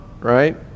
right